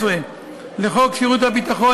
18 לחוק שירות ביטחון,